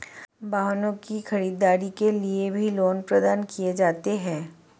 वाहनों की खरीददारी के लिये भी लोन प्रदान किये जाते हैं